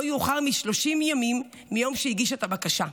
יאוחר מ-30 ימים מהיום שהגישה את הבקשה.